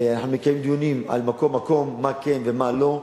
אנחנו מקיימים דיונים על מקום מקום, מה כן ומה לא.